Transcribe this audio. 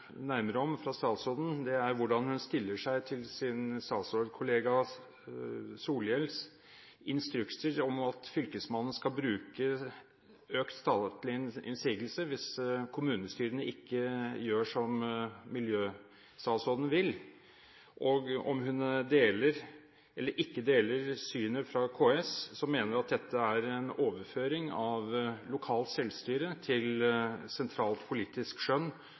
nærmere om fra statsråden, er hvordan hun stiller seg til sin statsrådkollega Bård Vegar Solhjells instrukser om at Fylkesmannen skal bruke økte statlige innsigelser hvis kommunestyrene ikke gjør som miljøstatsråden vil, og om hun ikke deler synet fra KS, som mener at dette er en overføring av lokalt selvstyre til sentralt politisk skjønn,